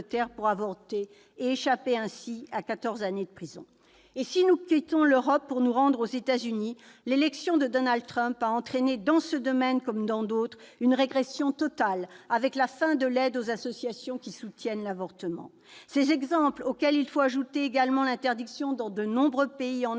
pour avorter et échapper ainsi à quatorze années de prison. Quittons l'Europe, pour nous rendre aux États-Unis : l'élection de Donald Trump a entraîné dans ce domaine, comme dans d'autres, une régression totale, avec la fin de l'aide aux associations qui soutiennent l'avortement. Ces exemples, auxquels il faut ajouter également l'interdiction de l'IVG dans de nombreux pays d'Afrique